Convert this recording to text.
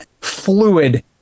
fluid